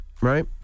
right